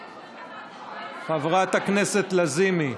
חברת הכנסת לזימי,